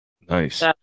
Nice